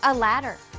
ah ladder